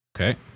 Okay